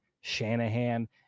Shanahan